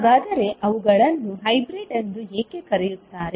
ಹಾಗಾದರೆ ಅವುಗಳನ್ನು ಹೈಬ್ರಿಡ್ ಎಂದು ಏಕೆ ಕರೆಯುತ್ತಾರೆ